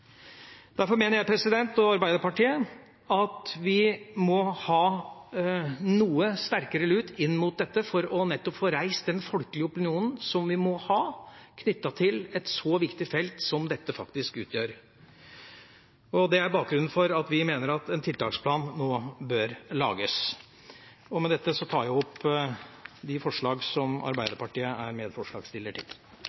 Derfor mener jeg og Arbeiderpartiet at vi må ha noe sterkere lut mot dette for nettopp å få reist den folkelige opinionen vi må ha, knyttet til et så viktig felt som dette faktisk er. Det er bakgrunnen for at vi mener at en tiltaksplan nå bør lages. Med dette tar jeg opp de forslagene som Arbeiderpartiet er medforslagsstiller til.